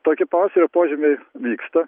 tokie pavasario požymiai vyksta